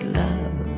love